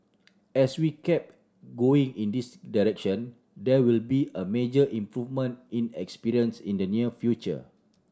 as we keep going in this direction there will be a major improvement in experience in the near future